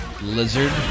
Lizard